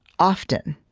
often,